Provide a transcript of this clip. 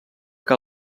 que